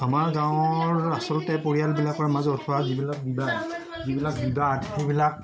আমাৰ গাঁৱৰ আচলতে পৰিয়ালবিলাকৰ মাজত হোৱা যিবিলাক বিবাদ যিবিলাক বিবাদ সেইবিলাক